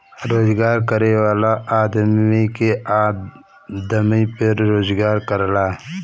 रोजगार करे वाला आदमी के आमदमी पे रोजगारी कर लगला